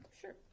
Sure